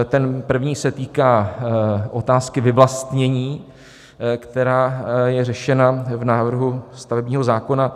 Ten první se týká otázky vyvlastnění, která je řešena v návrhu stavebního zákona.